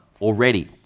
already